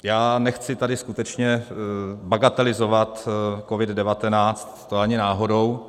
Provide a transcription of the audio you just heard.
Já nechci tady skutečně bagatelizovat COVID19, to ani náhodou.